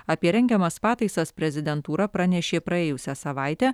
apie rengiamas pataisas prezidentūra pranešė praėjusią savaitę